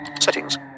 Settings